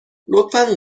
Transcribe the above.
لطفا